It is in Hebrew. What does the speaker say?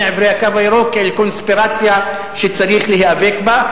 עברי "הקו הירוק" כאל קונספירציה שצריך להיאבק בה,